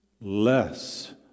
less